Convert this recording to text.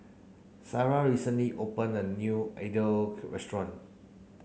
Sarrah recently opened a new Idili restaurant